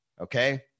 Okay